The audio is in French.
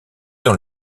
dans